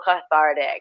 cathartic